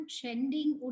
trending